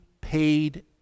paid